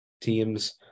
teams